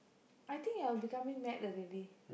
I think you're becoming mad already